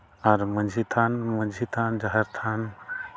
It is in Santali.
ᱟᱨ ᱢᱟᱹᱡᱷᱤ ᱛᱷᱟᱱ ᱢᱟᱹᱡᱷᱤ ᱛᱷᱟᱱ ᱡᱟᱦᱮᱨ ᱛᱷᱟᱱ